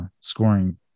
scoring